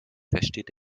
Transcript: versteht